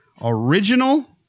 original